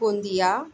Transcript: Gondia